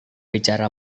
bicara